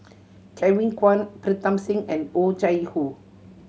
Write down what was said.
Kevin Kwan Pritam Singh and Oh Chai Hoo